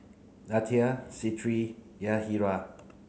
Litha Crete Yahaira